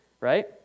right